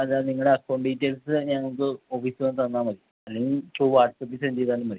അത് ആ നിങ്ങളുടെ അക്കൗണ്ട് ഡീറ്റേയിൽസ് ഞങ്ങൾക്ക് ഓഫീസിൽ വന്ന് തന്നാൽ മതി അല്ലെങ്കിൽ ത്രൂ വാട്സപ്പിൽ സെന്റ് ചെയ്താലും മതി